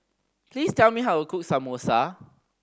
please tell me how cook Samosa